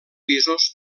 pisos